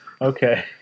Okay